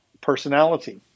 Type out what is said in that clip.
personality